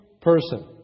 person